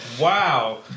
Wow